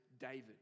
David